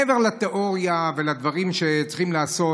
מעבר לתיאוריה ולדברים שצריכים לעשות,